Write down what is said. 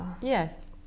Yes